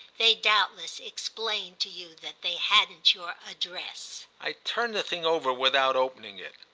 they doubtless explain to you that they hadn't your address. i turned the thing over without opening it.